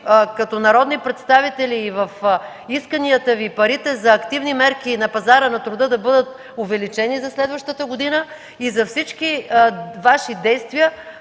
като народни представители и в исканията Ви парите за активни мерки на пазара на труда да бъдат увеличени за следващата година и за всички Ваши действия,